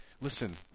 Listen